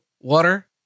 water